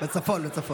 לצפון.